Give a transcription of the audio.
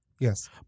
yes